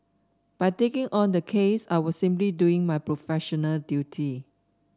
by taking on the case I was simply doing my professional duty